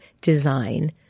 design